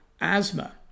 asthma